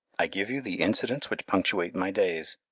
i give you the incidents which punctuate my days,